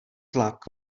tlak